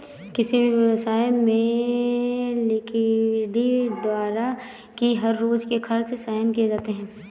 किसी भी व्यवसाय में लिक्विडिटी द्वारा ही हर रोज के खर्च सहन किए जाते हैं